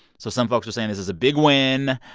so some folks are saying this is a big win.